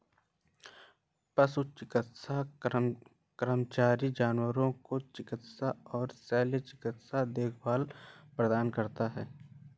पशु चिकित्सा कर्मचारी जानवरों को चिकित्सा और शल्य चिकित्सा देखभाल प्रदान करता है